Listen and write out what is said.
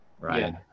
right